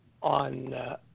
on